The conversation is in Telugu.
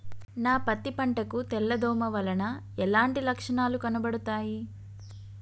నా పత్తి పంట కు తెల్ల దోమ వలన ఎలాంటి లక్షణాలు కనబడుతాయి?